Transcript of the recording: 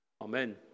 Amen